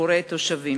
מסיפורי התושבים.